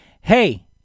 hey